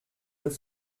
deux